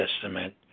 Testament